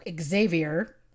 Xavier